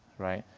right,